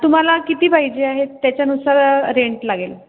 तुम्हाला किती पाहिजे आहेत त्याच्यानुसार रेंट लागेल